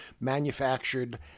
manufactured